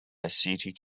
acetic